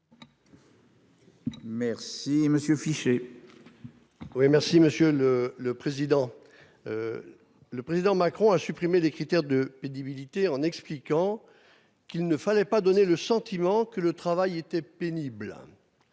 Jean-Luc Fichet, sur l'article. Le Président Macron a supprimé des critères de pénibilité, en expliquant qu'il ne fallait pas donner le sentiment que le travail était pénible.